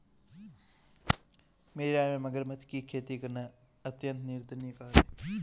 मेरी राय में मगरमच्छ की खेती करना अत्यंत निंदनीय कार्य है